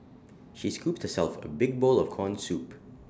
she scooped self A big bowl of Corn Soup